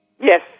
Yes